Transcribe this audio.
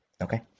Okay